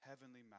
Heavenly